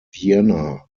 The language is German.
vienna